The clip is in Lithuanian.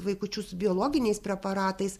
vaikučius biologiniais preparatais